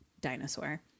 dinosaur